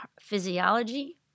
physiology